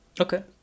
okay